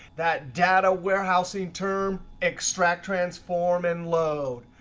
that data warehousing term, extract, transform, and load.